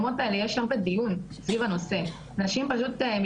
זה מאוד קשה.